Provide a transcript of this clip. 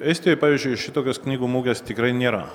estijoj pavyzdžiui šitokios knygų mugės tikrai nėra